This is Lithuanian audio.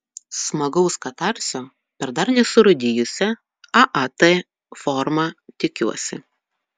smagaus katarsio per dar nesurūdijusią aat formą tikiuosi